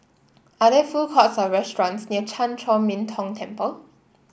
are there food courts or restaurants near Chan Chor Min Tong Temple